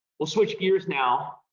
we'll switch gears now.